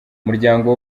umuryango